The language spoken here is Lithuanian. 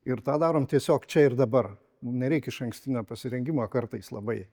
ir tą darom tiesiog čia ir dabar mum nereik išankstinio pasirengimo kartais labai